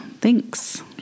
thanks